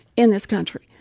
in this country,